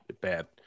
bad